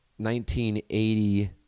1980